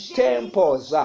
temples